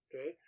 okay